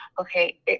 Okay